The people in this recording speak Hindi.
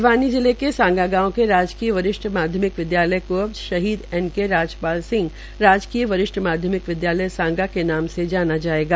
भिवानी जिलें के सांगा गांव के राजकीय वरिष्ठ माध्यमिक विदयालय को अब शहीद एन के राजपाल राजकीय वरिष्ठ माध्यमिक विद्यालय सांग के नाम से जाना जायेगा